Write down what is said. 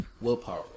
willpower